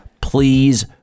Please